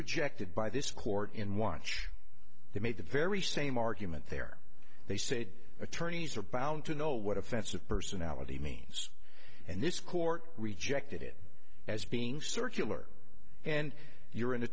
rejected by this court in watch they made the very same argument there they said attorneys are bound to know what offensive personality means and this court rejected it as being circular and you're an a